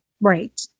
Right